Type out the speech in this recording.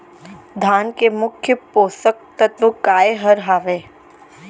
धान के मुख्य पोसक तत्व काय हर हावे?